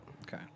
Okay